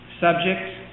subject